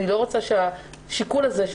אני לא רוצה שהשיקול הזה,